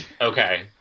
Okay